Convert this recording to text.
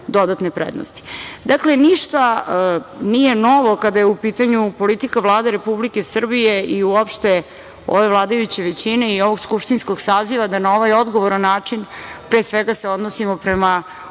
ništa nije novo kada je u pitanju politika Vlade Republike Srbije i uopšte ove vladajuće većine i ovog skupštinskog saziva, da na ovaj odgovoran način pre svega se odnosimo prema onoj